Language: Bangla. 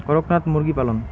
করকনাথ মুরগি পালন?